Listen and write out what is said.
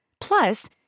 Plus